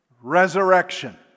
resurrection